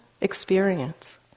experience